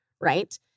Right